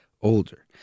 older